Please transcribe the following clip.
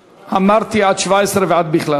עד 17 ועד בכלל.